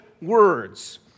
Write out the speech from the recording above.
words